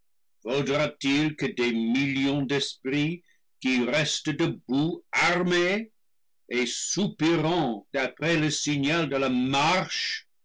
que des millions d'es prits qui restent debout armés et soupirant après le signal de la marche